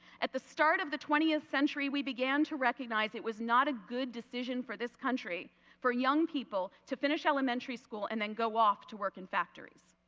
at the start of the twentieth century we began to recognize it was not a good decision for this country for young people to finish elementary school and then go off to work in factories.